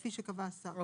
כפי שקבע השר,